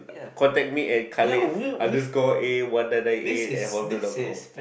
contact me at Khalid underscore eight one nine nine eight at hotmail dot com